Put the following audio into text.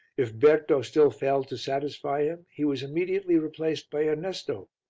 if berto still failed to satisfy him, he was immediately replaced by ernesto,